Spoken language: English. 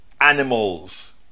animals